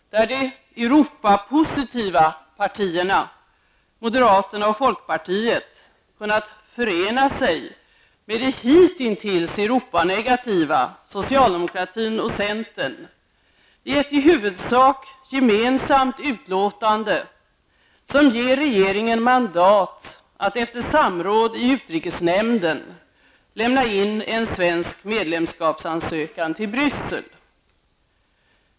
Där har de Europapositiva partierna, moderaterna och folkpartiet, kunnat förena sig med de hitintills Europanegativa partierna, socialdemokraterna och centern, i ett i huvudsak gemensamt utlåtande. Detta ger regeringen mandat, att efter samråd i utrikesnämnden, lämna in en svensk medlemskapsansökan till Bryssel.